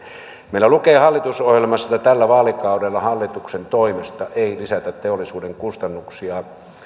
meillä lukee hallitusohjelmassa että tällä vaalikaudella hallituksen toimesta ei lisätä teollisuuden kustannuksia